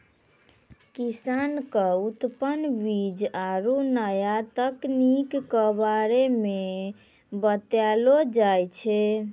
किसान क उन्नत बीज आरु नया तकनीक कॅ बारे मे बतैलो जाय छै